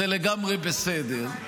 זה לגמרי בסדר.